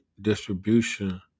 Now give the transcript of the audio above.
distribution